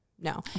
no